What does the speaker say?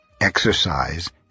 Exercise